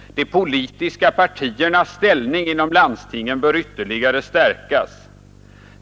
De politiska partiernas ställning inom landstingen bör ytterligare stärkas.